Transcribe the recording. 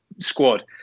squad